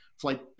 flight